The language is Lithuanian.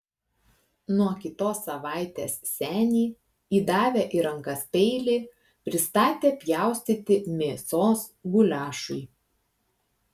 nuo kitos savaitės senį įdavę į rankas peilį pristatė pjaustyti mėsos guliašui